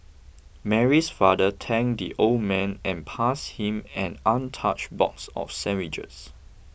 Mary's father thanked the old man and passed him an untouched box of sandwiches